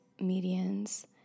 medians